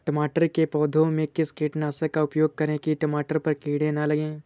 टमाटर के पौधे में किस कीटनाशक का उपयोग करें कि टमाटर पर कीड़े न लगें?